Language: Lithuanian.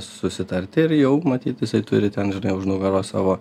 susitarti ir jau matyt jisai turi ten žinai už nugaros savo